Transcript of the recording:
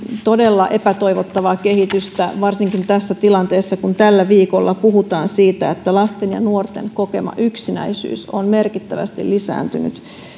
todella epätoivottavaa kehitystä varsinkin tässä tilanteessa kun tällä viikolla puhutaan siitä että lasten ja nuorten kokema yksinäisyys on merkittävästi lisääntynyt